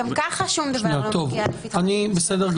גם ככה שום דבר לא מגיע לפתחו --- תודה.